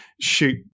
shoot